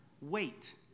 wait